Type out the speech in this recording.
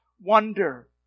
wonder